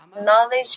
knowledge